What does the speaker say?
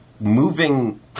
moving